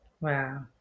Wow